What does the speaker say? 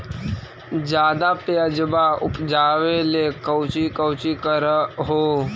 ज्यादा प्यजबा उपजाबे ले कौची कौची कर हो?